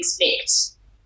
expect